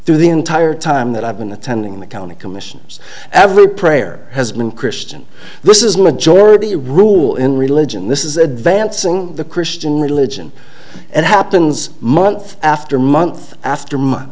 through the entire time that i've been attending the county commissions every prayer has been christian this is majority rule in religion this is advancing the christian religion and happens month after month after month